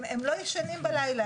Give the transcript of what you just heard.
הם לא ישנים בלילה.